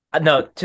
No